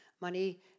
Money